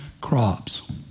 crops